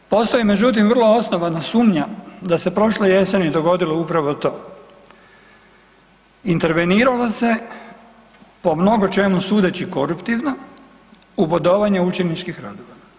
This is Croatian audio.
Postoji međutim vrlo osnovana sumnja da se prošle jeseni dogodilo upravo to, interveniralo se po mnogo čemu sudeći koruptivno u bodovanju učeničkih radova.